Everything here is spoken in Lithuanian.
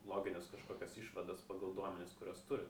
logines kažkokias išvadas pagal duomenis kuriuos turi